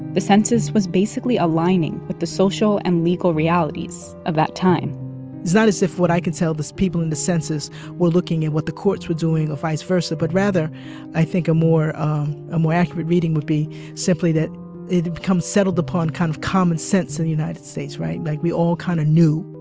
the census was basically aligning with the social and legal realities of that time it's not as if what i can tell the people in the census were looking at what the courts were doing or vice versa, but rather i think a more um um accurate reading would be simply that it had become settled upon kind of common sense in the united states, right? like, we all kind of knew.